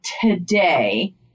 today